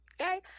okay